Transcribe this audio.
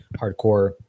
hardcore